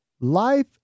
life